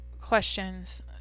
Questions